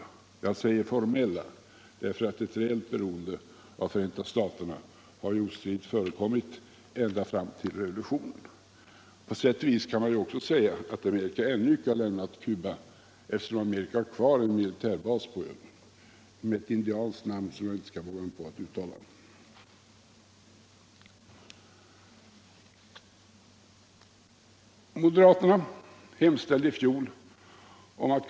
Jag säger ”formella” eftersom ett reellt beroende av Förenta staterna ostridigt har förekommit ända fram till revolutionen. På sätt och vis kan man också säga att USA ännu icke helt har lämnat Cuba, eftersom USA har kvar en militärbas på ön — med ett indianskt namn, som jag inte vågar försöka uttala. 1.